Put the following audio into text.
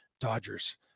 Dodgers